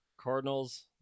Cardinals